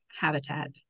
habitat